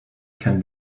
can